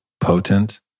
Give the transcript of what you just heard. potent